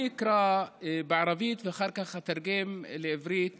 אני אקרא בערבית ואחר כך אתרגם לעברית